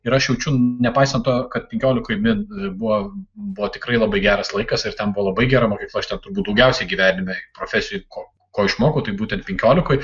ir aš jaučiu nepaisant to kad penkiolikoj min buvo buvo tikrai labai geras laikas ir ten buvo labai gera mokykla aš ten turbūt daugiausiai gyvenime profesijoj ko ko išmokau tai būtent penkiolikoj